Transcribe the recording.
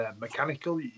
mechanical